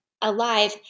alive